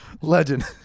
Legend